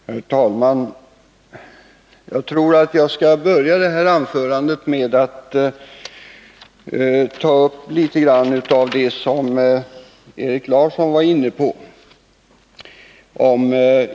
Herr talman! Jag tror att jag skall börja det här anförandet med att ta upp litet grand av det som Erik Larsson var inne på.